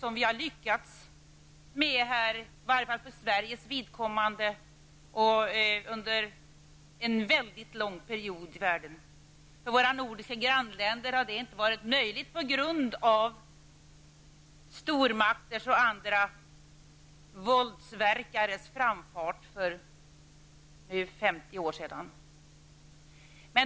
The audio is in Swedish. Det har vi lyckats med, i varje fall för Sveriges vidkommande, under en väldigt lång period. För våra nordiska grannländer har detta inte varit möjligt på grund av stormakters och andra våldsverkares framfart för 50 år sedan.